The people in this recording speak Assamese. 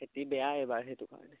খেতি বেয়া এবাৰ সেইটো কাৰণে